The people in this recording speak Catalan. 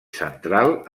central